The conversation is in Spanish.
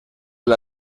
del